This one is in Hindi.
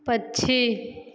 पक्षी